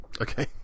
Okay